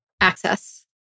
access